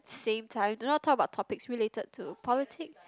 same time do not talk about topics related to politics